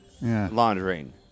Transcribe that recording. laundering